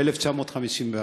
ב-1954.